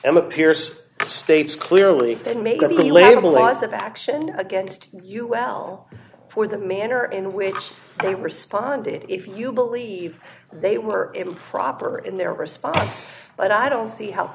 m appears states clearly then make up the label as of action against you well for the manner in which they responded if you believe they were improper in their response but i don't see how